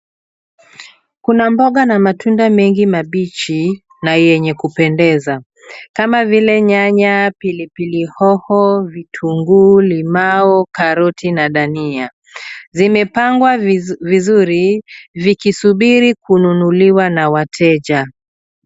Kuna mboga na matunda mengi mabichi na yenye kupendeza. Kama vile nyanya pilipili hoho, vitunguu, limau karoti na dania. Zimepangwa vizuri vikisubiri kununuliwa na wateja.